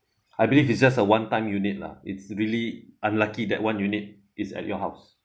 I believe it's just a one time unit lah it's really unlucky that one unit is at your house